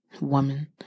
woman